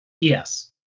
Yes